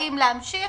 האם להמשיך,